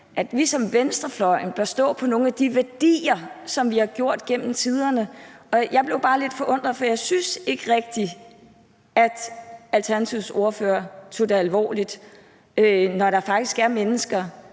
at vi som venstrefløj burde stå på nogle af de værdier, som vi har stået på igennem tiderne. Jeg blev bare lidt forundret, for jeg synes ikke rigtig, at Alternativets ordfører tog det alvorligt, når der faktisk er mennesker,